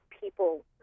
people